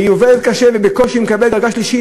והיא עובדת קשה ובקושי מקבלת דרגה שלישית.